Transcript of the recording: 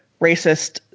racist